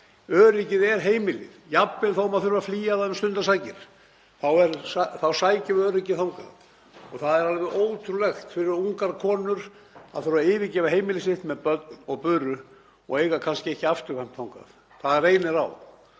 Öryggið er heimilið, jafnvel þótt maður þurfi að flýja heimilið um stundarsakir þá sækjum við öryggið þangað. Það er alveg ótrúlegt fyrir ungar konur að þurfa að yfirgefa heimili sitt með börn og buru og eiga kannski ekki afturkvæmt þangað. Það reynir á